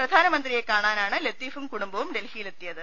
പ്രധാനമ ന്ത്രിയെ കാണാനാണ് ലത്തീഫും കൂടുംബവും ഡൽഹിയിലെത്തിയത്